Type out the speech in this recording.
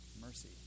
mercy